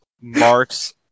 Mark's